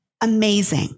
amazing